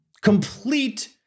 Complete